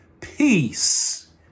peace